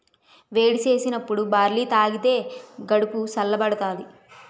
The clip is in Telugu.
వేడి సేసినప్పుడు బార్లీ తాగిదే కడుపు సల్ల బడతాది